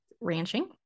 ranching